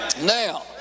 Now